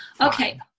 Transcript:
Okay